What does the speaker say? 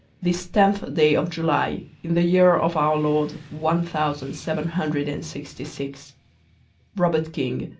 this tenth day of july, in the year of our lord one thousand seven hundred and sixty-six. robert king.